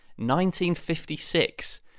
1956